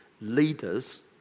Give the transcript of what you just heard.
leaders